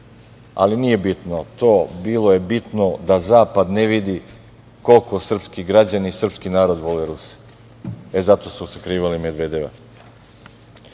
Ali, nije bitno to, bilo je bitno da zapad ne vidi koliko srpski građani i srpski narod vole Ruse. Zato su sakrivali Medvedeva. Ili,